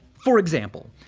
for example,